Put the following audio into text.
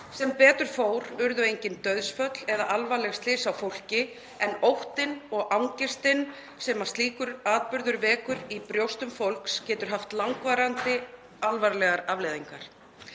Sem betur fór urðu engin dauðsföll eða alvarleg slys á fólki en óttinn og angistin sem slíkur atburður vekur í brjóstum fólks getur haft langvarandi alvarlegar afleiðingar,